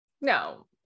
No